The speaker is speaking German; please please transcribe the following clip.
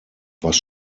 was